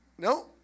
No